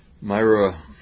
Myra